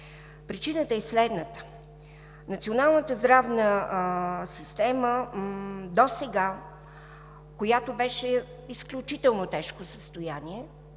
Причината е следната. Националната здравна система досега беше в изключително тежко състояние